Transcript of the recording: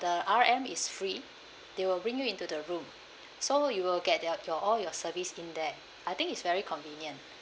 the R_M is free they will bring you into the room so you will get their your all your service in there I think it's very convenient